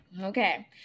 Okay